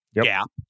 Gap